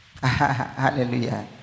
Hallelujah